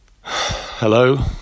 Hello